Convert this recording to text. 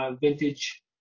vintage